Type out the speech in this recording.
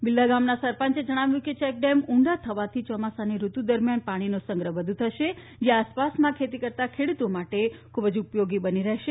બિલધા ગામના સરપંચે જણાવ્યું હતું કે ચેકડેમ ઊંડો થવાથી ચોમાસાની ઋતુ દરમિયાન પાણીનો સંગ્રહ વધુ થશે જે આસપાસમાં ખેતી કરતા ખેડૂતો માટે ખૂબ જ ઉપયોગી બની રહેશે